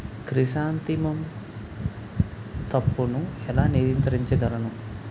Chrysanthemum తప్పును ఎలా నియంత్రించగలను?